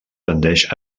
tendeix